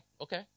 Okay